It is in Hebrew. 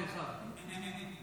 את הנושא